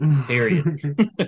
Period